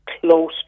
close